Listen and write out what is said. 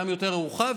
גם יותר ערוכה,